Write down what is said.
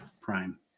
prime